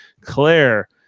Claire